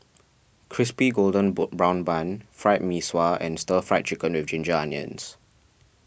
Crispy Golden Brown Bun Fried Mee Sua and Stir Fried Chicken with Ginger Onions